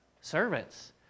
servants